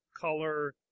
color